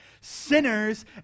sinners